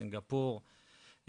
סינגפור,